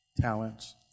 talents